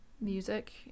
music